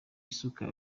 isuka